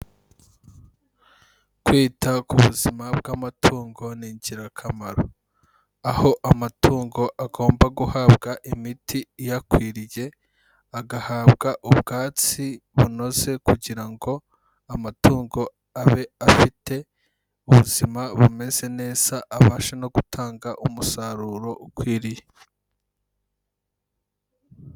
Kwita ku buzima bw'amatungo ni ingirakamaro, aho amatungo agomba guhabwa imiti iyakwiriye, agahabwa ubwatsi bunoze kugira ngo amatungo abe afite ubuzima bumeze neza abashe no gutanga umusaruro ukwiriye.